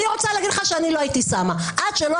אני רוצה להגיד לך שלא הייתי שמה את הילדים שלי עד שלא